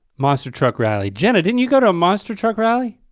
monster truck rally. jenna didn't you go to a monster truck rally?